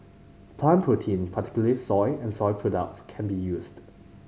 plant protein particularly soy and soy products can be used